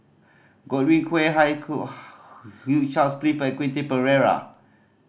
Godwin Koay Hugh Charles Clifford and Quentin Pereira